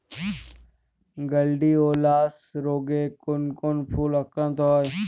Gladiolus রোগে কোন কোন ফুল আক্রান্ত হয়?